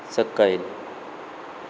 सकयल